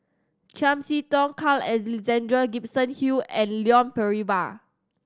Chiam See Tong Carl Alexander Gibson Hill and Leon Perera